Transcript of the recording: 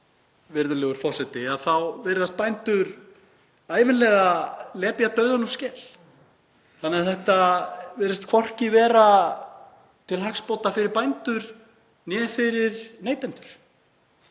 virðulegur forseti, þá virðast bændur ævinlega lepja dauðann úr skel þannig að þetta virðist hvorki vera til hagsbóta fyrir bændur né fyrir neytendur.